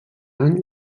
any